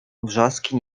wrzaski